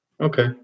Okay